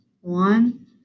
one